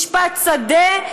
משפט שדה?